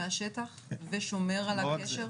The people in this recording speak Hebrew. מהשטח ושומר על הקשר?